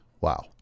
Wow